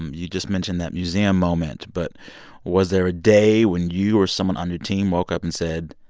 um you just mentioned that museum moment. but was there a day when you or someone on your team woke up and said,